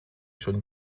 schon